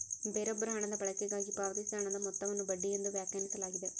ಬೇರೊಬ್ಬರ ಹಣದ ಬಳಕೆಗಾಗಿ ಪಾವತಿಸಿದ ಹಣದ ಮೊತ್ತವನ್ನು ಬಡ್ಡಿ ಎಂದು ವ್ಯಾಖ್ಯಾನಿಸಲಾಗಿದೆ